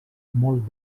molt